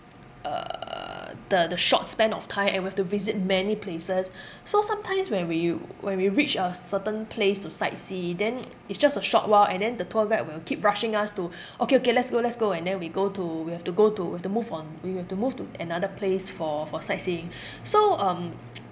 uh the the short span of time and we've to visit many places so sometimes when we when we reached a certain place to sightsee then it's just a short while and then the tour guide will keep rushing us to okay okay let's go let's go and then we go to we have to go to we have to move on we have to move to another place for for sightseeing so um